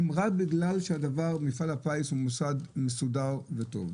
רק בגלל שמפעל הפיס הוא מוסד מסודר וטוב.